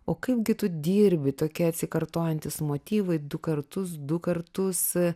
o kaipgi tu dirbi tokie atsikartojantys motyvai du kartus du kartus